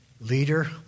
Leader